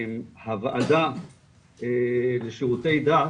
הוועדה לשרותי דת,